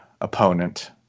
opponent